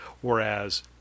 whereas